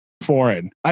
foreign